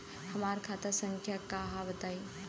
हमार खाता संख्या का हव बताई?